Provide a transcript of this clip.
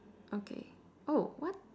okay oh what